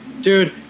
dude